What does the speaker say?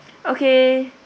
okay